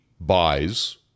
buys